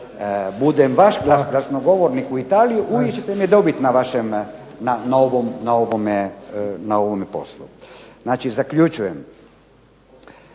budem vaš glasnogovornik u Italiji, uvijek ćete me dobiti na vašem, na ovome poslu. Znači zaključujem.